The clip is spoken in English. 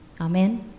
Amen